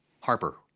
Harper